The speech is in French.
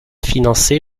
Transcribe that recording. financé